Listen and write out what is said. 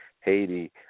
Haiti